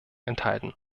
enthalten